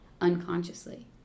unconsciously